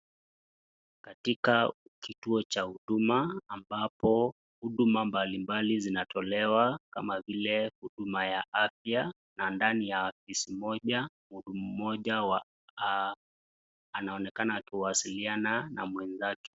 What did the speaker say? Katika kituo cha huduma ambapo huduma mbalimbali zinatolewa kama vile huduma ya afya na ndani ya afisi moja mhudumu mmoja anaonekana akiwasiliana na mwenzake.